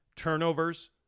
Turnovers